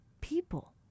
people